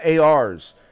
ARs